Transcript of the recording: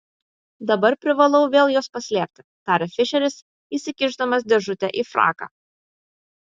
dabar privalau vėl juos paslėpti tarė fišeris įsikišdamas dėžutę į fraką